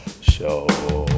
show